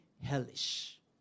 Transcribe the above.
hellish